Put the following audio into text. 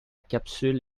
capsule